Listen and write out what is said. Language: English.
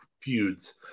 feuds